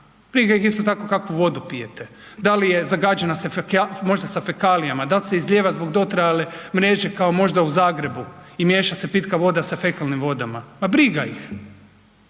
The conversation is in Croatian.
Briga ih je isto tako kakvu vodu pijete, da li je zagađena možda sa fekalijama, da li se izlijeva zbog dotrajale mreže kao možda u Zagrebu i miješa se pitka voda sa fekalnim vodama, ma briga ih.